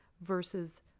versus